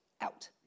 out